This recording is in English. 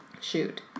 Shoot